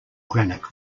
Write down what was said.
granite